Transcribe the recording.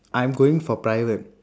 I am going for private